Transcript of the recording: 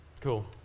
Cool